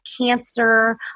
cancer